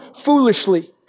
foolishly